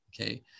Okay